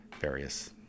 various